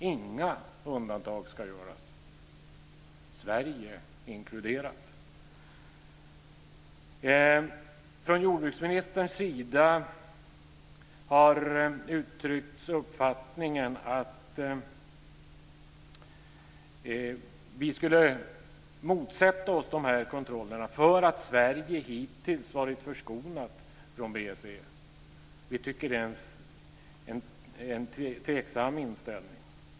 Inga undantag ska göras, Sverige inkluderat. Jordbruksministern har uttryckt uppfattningen att vi skulle motsätta oss de här kontrollerna därför att Sverige hittills har varit förskonat från BSE. Vi tycker att det är en tveksam inställning.